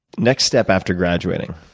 next step after graduating